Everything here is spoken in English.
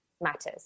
matters